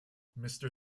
mister